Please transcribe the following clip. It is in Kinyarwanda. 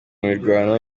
mirwano